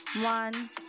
one